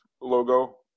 logo